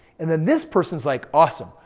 and then this person's like, awesome.